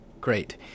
Great